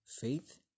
faith